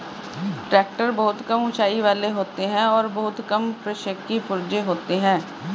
tractor बहुत कम ऊँचाई वाले होते हैं और बहुत कम प्रक्षेपी पुर्जे होते हैं